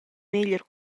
meglier